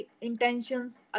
intentions